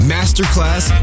Masterclass